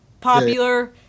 popular